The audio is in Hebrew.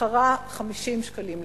שכרה 50 שקלים לשעה.